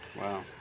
Wow